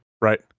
Right